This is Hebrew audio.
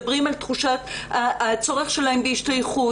מדברים על הצורך שלהם בהשתייכות.